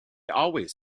always